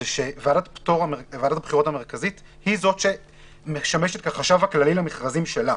שוועדת הבחירות המרכזית היא זאת שמשמשת כחשב הכללי למכרזים שלה.